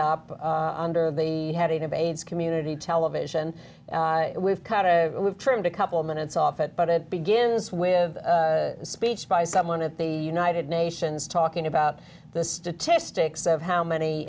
up under the heading of aids community television we've turned a couple of minutes off it but it begins with a speech by someone at the united nations talking about the statistics of how many